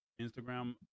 instagram